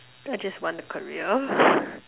I just want a career